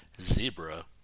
Zebra